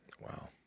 Wow